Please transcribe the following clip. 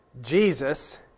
Jesus